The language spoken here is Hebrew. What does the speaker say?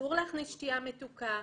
אסור להכניס שתיה מתוקה,